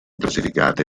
classificate